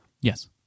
Yes